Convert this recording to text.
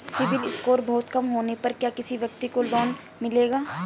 CIBIL score बहुत कम होने पर क्या किसी व्यक्ति को लोंन मिलेगा?